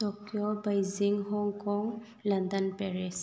Tokyo Beijing Hong Kong London Paris